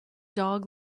dog